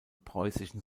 preußischen